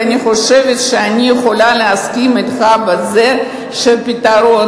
ואני חושבת שאני יכולה להסכים אתך בזה שפתרון